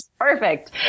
Perfect